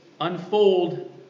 unfold